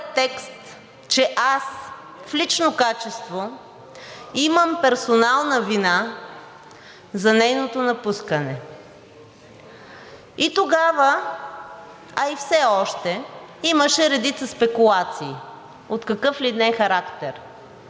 че аз в лично качество имам персонална вина за нейното напускане. И тогава, а и все още има редица спекулации от какъв ли не характер